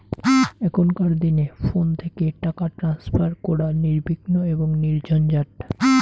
এখনকার দিনে ফোন থেকে টাকা ট্রান্সফার করা নির্বিঘ্ন এবং নির্ঝঞ্ঝাট